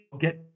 get